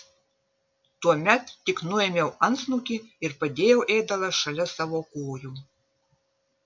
tuomet tik nuėmiau antsnukį ir padėjau ėdalą šalia savo kojų